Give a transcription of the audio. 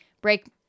break